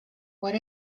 what